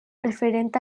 referent